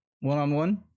one-on-one